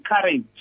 courage